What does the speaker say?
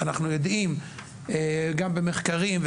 יודעים גם במחקרים,